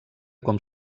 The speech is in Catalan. com